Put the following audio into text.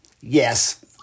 Yes